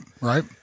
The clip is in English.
right